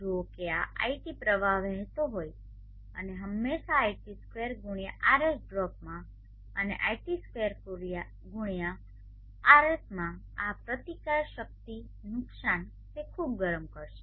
જુઓ કે આ iT પ્રવાહ વહેતો હોય છે અને હંમેશા iT સ્ક્વેર ગુણ્યા RS ડ્રોપમાં અને iT સ્ક્વેર ગુણ્યા Rs માં આ પ્રતિકાર શક્તિ નુકશાન તે ખૂબ ગરમ કરશે